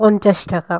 পঞ্চাশ টাকা